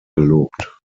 gelobt